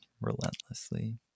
relentlessly